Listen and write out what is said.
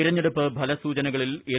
തിരഞ്ഞെടുപ്പ് ഫലസൂചനകളിൽ എൽ